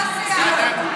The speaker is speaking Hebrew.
מאותה סיעה.